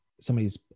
somebody's